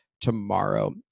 tomorrow